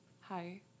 Hi